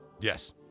Yes